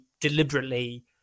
deliberately